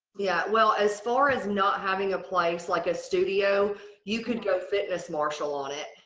yeah, well, as far as not having a place like a studio you could go fitness marshal on it.